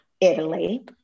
Italy